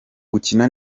gukina